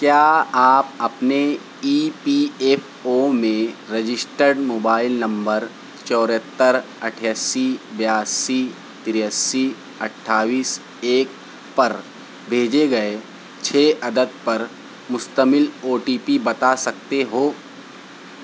کیا آپ اپنے ای پی ایف او میں رجسٹرڈ موبائل نمبر چوہتر اٹھاسی بیاسی تراسی اٹھائیس ایک پر بھیجے گیے چھ عدد پر مشتمل او ٹی پی بتا سکتے ہو